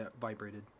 vibrated